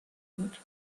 بود